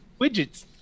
Widgets